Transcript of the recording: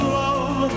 love